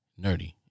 nerdy